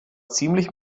ziemlich